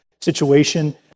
situation